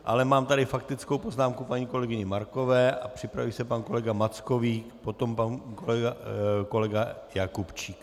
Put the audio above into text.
Ale mám tady faktickou poznámku paní kolegyně Markové a připraví se pan kolega Mackovík, potom pan kolega Jakubčík.